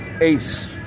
ace